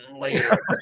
later